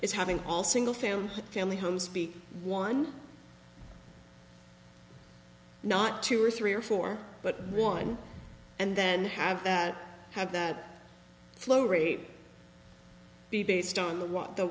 is having all single family family homes speak one not two or three or four but one and then have that have that flow rate the based on what the